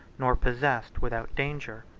nor possess without danger.